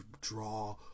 draw